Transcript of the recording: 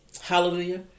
Hallelujah